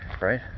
right